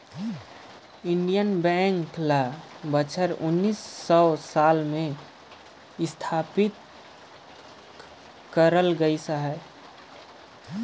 Indian bank ल बछर उन्नीस सव सात में असथापित करल गइस अहे